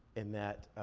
in that,